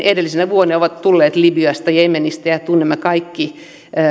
edellisinä vuosina tulleet libyasta ja jemenistä tunnemme kaikki